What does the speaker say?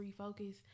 refocus